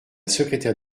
secrétaire